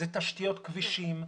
אלה תשתיות כבישים,